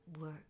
Work